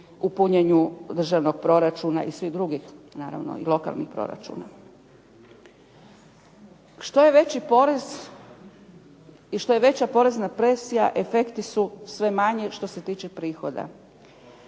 u punjenju državnog proračuna i svih drugih naravno i lokalnih proračuna. Što je veći porez i što je veća porezna presija, efekti su sve manji što se tiče prihoda.